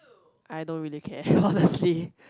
I don't really care honestly